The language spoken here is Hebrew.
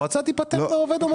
המועצה תיפטר מהעובד.